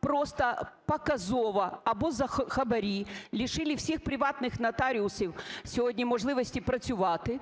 просто показово або за хабарі лишили всіх приватних нотаріусів сьогодні можливості працювати,